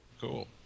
Cool